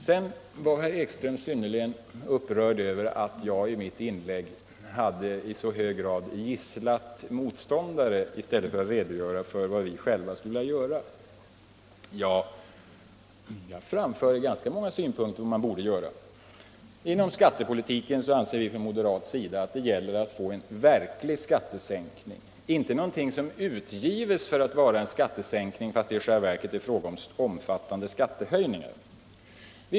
Herr Ekström var synnerligen upprörd över att jag i mitt inlägg hade i så hög grad gisslat motståndare i stället för att redogöra för vad vi själva skulle vilja göra. Jag framförde ganska många synpunkter på vad man borde göra. Inom skattepolitiken anser vi från moderat sida att det gäller att få till stånd en verklig skattesänkning, inte någonting som utgives för att vara en skattesänkning, fast det i själva verket är fråga om en omfattande skattehöjning.